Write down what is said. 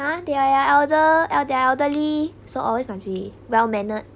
ah they are your elder el~ they are elderly so always must be well mannered